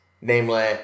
Namely